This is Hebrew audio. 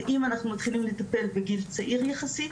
ואם אנחנו מתחילים לטפל בגיל צעיר יחסית,